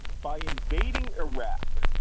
by invading iraq,